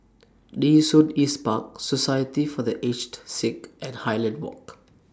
Nee Soon East Park Society For The Aged Sick and Highland Walk